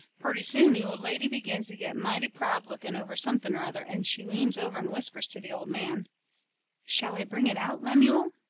purty soon the old lady begins to get mighty proud-looking over something or other, and she leans over and whispers to the old man shall i bring it out, lemuel?